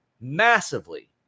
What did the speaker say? massively